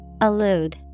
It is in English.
Allude